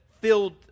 filled